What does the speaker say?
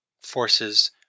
forces